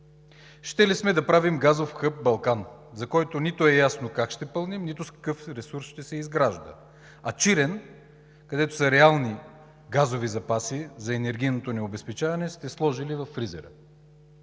Щели сме да правим газов хъб „Балкан“, за който нито е ясно как ще пълним, нито с какъв ресурс ще се изгражда. А „Чирен“, където газовите запаси за енергийното ни обезпечаване са реални, сте сложили във фризера.